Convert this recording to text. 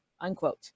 unquote